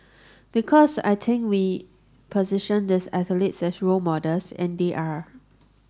because I think we position these athletes as role models and they are